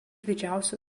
didžiausių